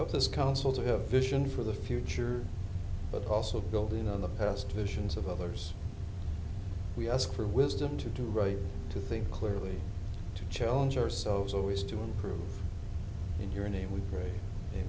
of this council to have a vision for the future but also building on the past the sions of others we ask for wisdom to do right to think clearly to challenge ourselves always to improve in your name we pray